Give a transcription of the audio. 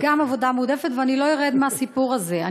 גם עבודה מועדפת, ואני לא ארד מהסיפור הזה.